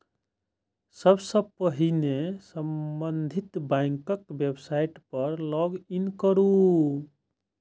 सबसं पहिने संबंधित बैंकक वेबसाइट पर लॉग इन करू